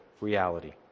reality